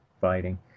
fighting